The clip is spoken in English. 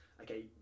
Okay